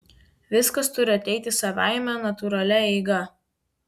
viskas turi ateiti savaime natūralia eiga